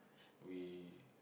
we